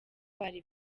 bari